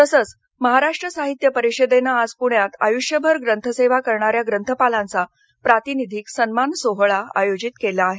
तसंच महाराष्ट्र साहित्य परिषदेनं आज पुण्यात आयुष्यभर ग्रंथसेवा करणाऱ्या ग्रंथपालांचा प्रातिनिधिक सन्मान सोहळा आयोजित केला आहे